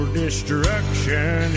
destruction